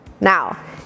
now